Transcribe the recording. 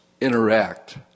interact